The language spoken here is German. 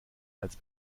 als